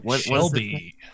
Shelby